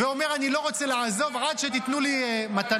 ואומר: אני לא רוצה לעזוב עד שתיתנו לי מתנות?